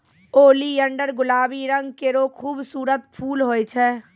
oleander गुलाबी रंग केरो खूबसूरत फूल होय छै